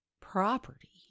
property